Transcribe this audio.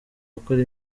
gukora